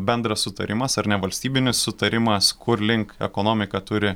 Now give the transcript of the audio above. bendras sutarimas ar ne valstybinis sutarimas kurlink ekonomika turi